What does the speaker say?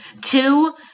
Two